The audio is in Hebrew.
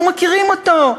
אנחנו מכירים אותו.